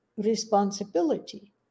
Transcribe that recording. responsibility